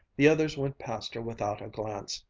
the others went past her without a glance,